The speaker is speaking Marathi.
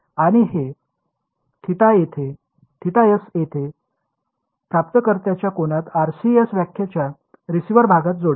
तर मी हे θs येथे प्राप्तकर्त्याच्या कोनात RCS व्याख्येच्या रिसीव्हर भागात जोडेल